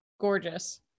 gorgeous